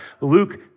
Luke